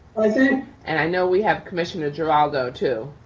present. and i know we have commissioner geraldo too.